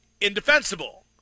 indefensible